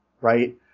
right